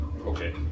Okay